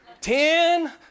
ten